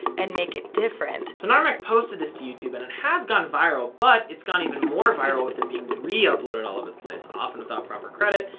and make it different? so narmak posted this to youtube and it has gone viral, but it's gone even more viral with it being re-uploaded all over the place, often without proper credit,